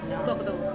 ya